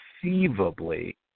conceivably